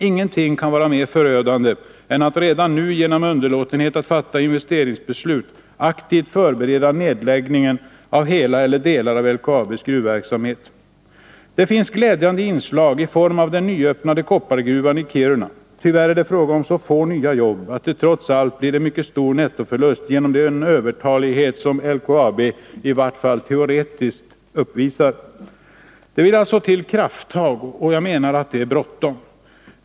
Ingenting kan vara mer förödande än att redan nu, genom underlåtenhet att fatta investeringsbeslut, aktivt förbereda nedläggning av hela eller delar av LKAB:s gruvverksamhet. Det finns glädjande inslag i form av den nyöppnade koppargruvan i Kiruna. Tyvärr är det fråga om så få nya jobb att det trots allt blir en mycket stor nettoförlust genom den övertalighet som LKAB i vart fall teoretiskt uppvisar. Det vill alltså till krafttag, och det är bråttom!